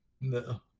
No